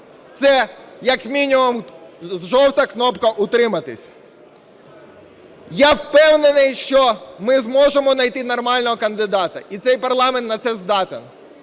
це як мінімум жовта кнопка "утриматись". Я впевнений, що ми зможемо знайти нормального кандидата, і цей парламент на це здатен.